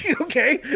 okay